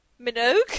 Minogue